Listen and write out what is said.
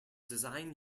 design